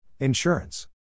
Insurance